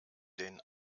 den